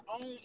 own